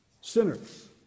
Sinners